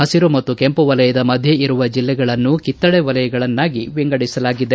ಹಸಿರು ಮತ್ತು ಕೆಂಪು ವಲಯದ ಮಧ್ಯೆ ಇರುವ ಜಿಲ್ಲೆಗಳನ್ನು ಕಿತ್ತಕೆ ವಲಯಗಳನ್ನಾಗಿ ವಿಂಗಡಿಸಲಾಗಿದೆ